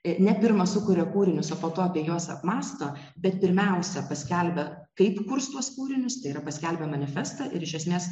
ne pirma sukuria kūrinius o po to apie juose apmąsto bet pirmiausia paskelbia kaip kurs tuos kūrinius tai yra paskelbia manifestą ir iš esmės